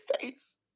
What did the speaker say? face